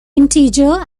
integer